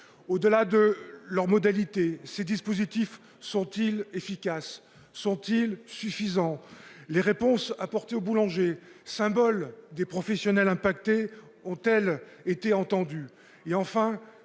Au delà de leurs modalités ces dispositifs sont-ils efficaces sont-ils suffisants. Les réponses apportées aux boulangers, symbole des professionnels impactés ont-elles été entendues et enfin